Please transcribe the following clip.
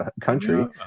country